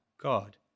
God